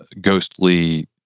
ghostly